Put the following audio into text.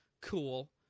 Cool